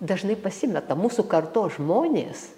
dažnai pasimeta mūsų kartos žmonės